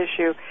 issue